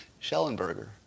Schellenberger